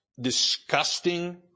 disgusting